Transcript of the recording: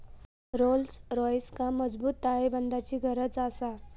Rolls रॉइसका मजबूत ताळेबंदाची गरज आसा